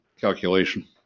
calculation